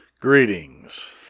greetings